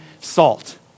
salt